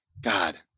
God